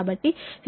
52 receive end 48